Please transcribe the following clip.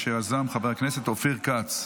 אשר יזם חבר הכנסת אופיר כץ.